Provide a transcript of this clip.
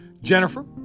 Jennifer